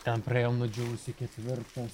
ten praėjom nudžiūvusį ketvirtas